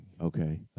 okay